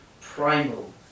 primal